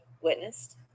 witnessed